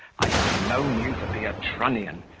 i should have known you to be a trunnion,